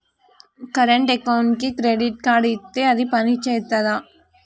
Current అకౌంట్కి credit card ఇత్తే అది పని చేత్తదా?